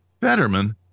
Fetterman